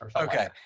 Okay